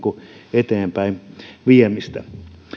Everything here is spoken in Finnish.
eteenpäinviemistä